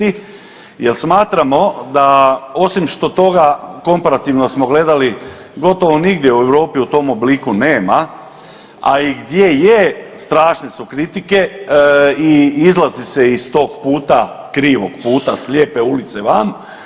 Jer smatramo da osim što toga komparativno smo gledali gotovo nigdje u Europi u tom obliku nema, a i gdje je strašne su kritike i izlazi se iz tog puta, krivog puta, slijepe ulice van.